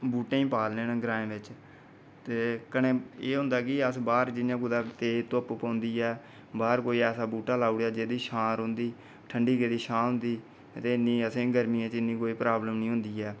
उ'आं बूह्टे गी पालने अस ते कन्नै जि'यां बाह्र कोई तेज घुप्प पौंदी ऐ कोई ऐसा बूह्टा लाउडेआ जेह्दी छां रौंह्दी ठंड़ी गेदी छां होंदी ते इन्नी असेंगी गर्मियें च प्रॉब्लम नीं होंदी ऐ